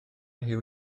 huw